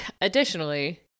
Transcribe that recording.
Additionally